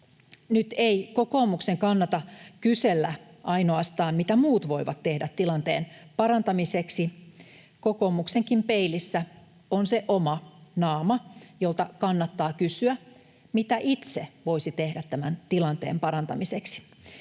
Nyt ei kokoomuksen kannata kysellä ainoastaan, mitä muut voivat tehdä tilanteen parantamiseksi, vaan kokoomuksenkin peilissä on se oma naama, jolta kannattaa kysyä, mitä itse voisi tehdä tämän tilanteen parantamiseksi.